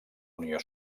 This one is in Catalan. unió